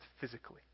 physically